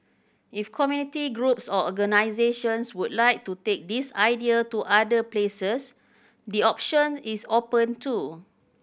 if community groups or organisations would like to take this idea to other places the option is open too